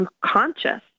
conscious